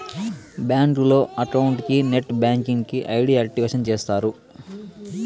బ్యాంకులో అకౌంట్ కి net banking కి ఐ.డి యాక్టివేషన్ చేస్తారు